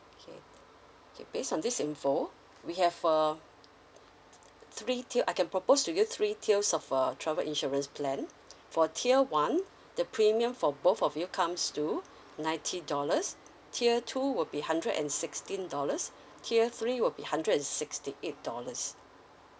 okay okay base on this information we have err three tier I can propose to you three tiers of err travel insurance plan for tier one the premium for both of you comes to ninety dollars tier two would be hundred and sixteen dollars tier three will be hundred and sixty eight dollars